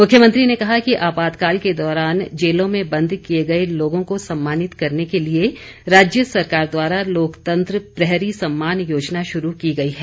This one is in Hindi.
मुख्यमंत्री ने कहा कि आपातकाल के दौरान जेलों में बंद किए गए लोगों को सम्मानित करने के लिए राज्य सरकार द्वारा लोकतंत्र प्रहरी सम्मान योजना शुरू की गई है